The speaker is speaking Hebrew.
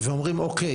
ואומרים: אוקיי,